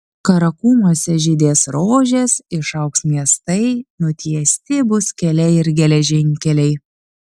karakumuose žydės rožės išaugs miestai nutiesti bus keliai ir geležinkeliai